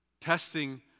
Testing